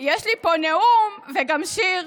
יש לי פה נאום וגם שיר,